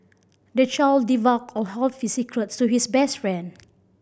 the child divulged all his secrets to his best friend